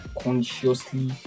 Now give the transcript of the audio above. consciously